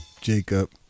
Jacob